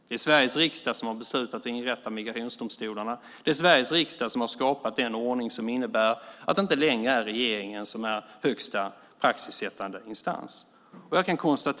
Det är Sveriges riksdag som har fattat beslut om att inrätta migrationsdomstolarna. Det är Sveriges riksdag som har skapat den ordning som innebär att det inte längre är regeringen som är högsta praxissättande instans.